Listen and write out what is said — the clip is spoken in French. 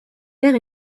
vers